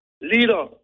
leader